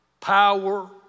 Power